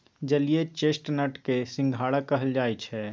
जलीय चेस्टनट के सिंघारा कहल जाई छई